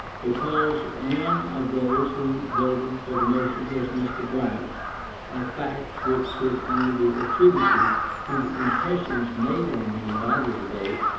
because one of those who voted for the motion was mr. bright, a fact which could only be attributed to the impression made on him by the debate,